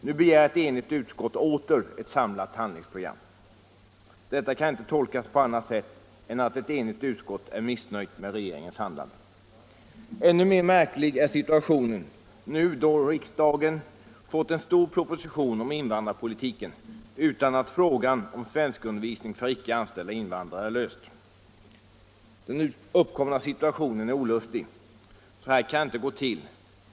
Nu begär ett enigt utskott åter ett samlat handlingsprogram. Detta kan inte tolkas på annat sätt än att ett enigt utskott är missnöjt med regeringens handlande. Ännu mer märklig är situationen nu då riksdagen fått en stor proposition om invandrarpolitiken utan att frågan om svenskundervisning för icke anställda invandrare är löst. Den uppkomna situationen är olustig. Så här kan det inte gå till.